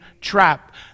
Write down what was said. trap